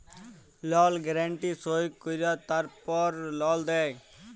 লল গ্যারান্টি সই কঁরায় তারপর লল দেই